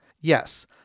Yes